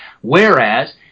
Whereas